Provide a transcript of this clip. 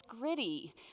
gritty